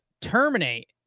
terminate